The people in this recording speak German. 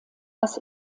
das